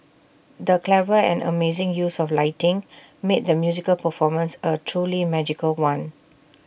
the clever and amazing use of lighting made the musical performance A truly magical one